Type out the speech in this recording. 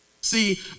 See